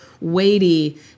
weighty